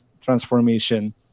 transformation